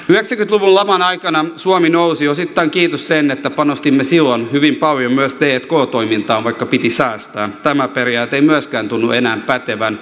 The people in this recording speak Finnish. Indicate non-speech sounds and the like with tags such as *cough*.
luvun laman aikana suomi nousi osittain kiitos sen että panostimme silloin hyvin paljon myös tk toimintaan vaikka piti säästää tämä periaate ei myöskään tunnu enää pätevän *unintelligible*